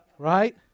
Right